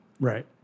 Right